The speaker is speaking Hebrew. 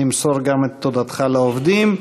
נמסור גם את תודתך לעובדים.